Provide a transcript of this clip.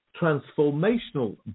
transformational